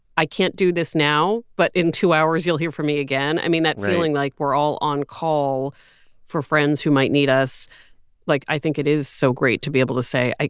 i can't do this now, but in two hours you'll hear from me again. i mean, that. right. feeling like we're all on-call for friends who might need us like, i think it is so great to be able to say,